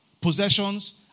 possessions